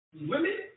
women